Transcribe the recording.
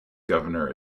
governor